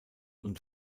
und